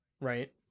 Right